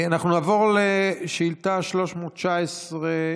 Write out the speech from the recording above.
אנחנו נעבור לשאילתה 319,